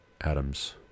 Adam's